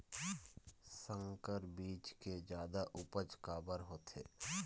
संकर बीज के जादा उपज काबर होथे?